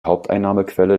haupteinnahmequelle